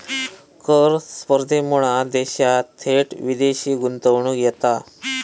कर स्पर्धेमुळा देशात थेट विदेशी गुंतवणूक येता